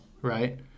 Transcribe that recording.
right